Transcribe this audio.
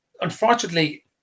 Unfortunately